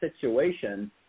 situation